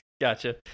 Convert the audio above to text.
gotcha